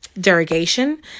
derogation